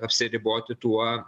apsiriboti tuo